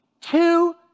two